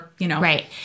Right